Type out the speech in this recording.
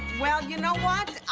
well, you know what?